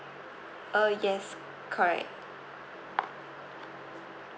uh yes correct